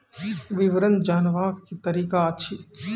विवरण जानवाक की तरीका अछि?